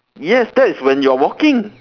yes that is when you're walking